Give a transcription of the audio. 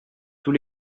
tous